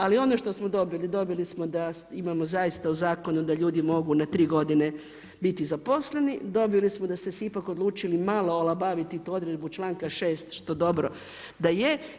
Ali ono što smo dobili, dobili smo da imamo zaista u zakonu da ljudi mogu na tri godine biti zaposleni, dobili smo da ste se ipak odlučili malo olabaviti tu odredbu članka 6. što dobro da je.